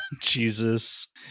Jesus